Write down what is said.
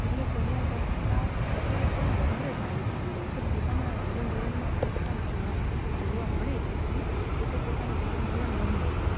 સ્ત્રીઓ પહેલાં કરતાં અત્યારે થોડું વધારે સારું જીવી રહી છે પોતાના જીવન ધોરણમાં ફેરફાર જોવા જોવા મળે છે આપણને કે તે પોતાનું જીવન ધોરણ બદલે છે